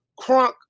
crunk